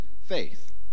faith